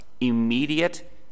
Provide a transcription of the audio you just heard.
immediate